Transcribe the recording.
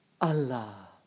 Allah